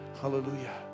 hallelujah